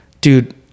dude